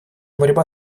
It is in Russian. борьба